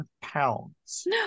pounds